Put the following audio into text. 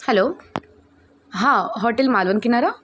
hello हां hotel Malvan किनारा